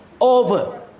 over